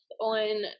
on